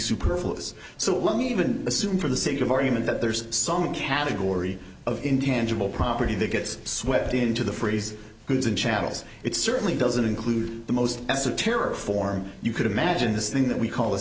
superfluous so long even assuming for the sake of argument that there's some category of intangible property that gets swept into the phrase goods and chattels it certainly doesn't include the most esoteric form you could imagine this thing that we call